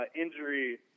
injury